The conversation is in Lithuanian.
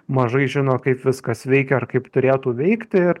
mažai žino kaip viskas veikia ar kaip turėtų veikti ir